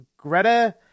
Greta